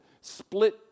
split